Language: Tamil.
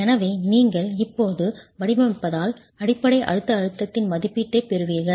எனவே நீங்கள் இப்போது வடிவமைப்பதால் அடிப்படை அழுத்த அழுத்தத்தின் மதிப்பீட்டைப் பெறுவீர்கள்